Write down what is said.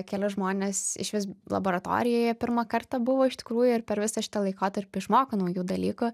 keli žmonės išvis laboratorijoje pirmą kartą buvo iš tikrųjų ir per visą šitą laikotarpį išmoko naujų dalykų